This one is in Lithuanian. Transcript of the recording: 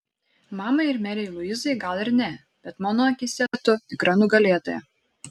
mamai ir merei luizai gal ir ne bet mano akyse tu tikra nugalėtoja